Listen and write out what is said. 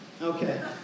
Okay